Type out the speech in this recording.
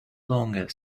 longer